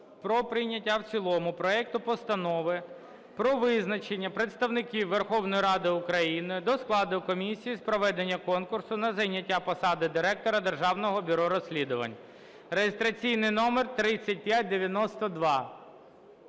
про прийняття в цілому проекту Постанови про визначення представників Верховної Ради України до складу комісії з проведення конкурсу на зайняття посади Директора Державного бюро розслідувань (реєстраційний номер 3592).